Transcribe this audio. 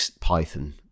python